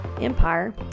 Empire